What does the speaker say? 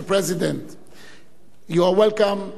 You are welcome to our state Israel,